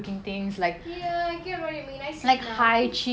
ya I get what you mean I see it now